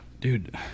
dude